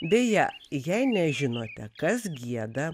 beje jei nežinote kas gieda